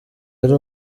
yari